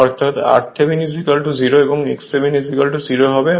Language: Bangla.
অর্থাৎ r থেভিনিন 0 এবং x থেভনিন 0 হবে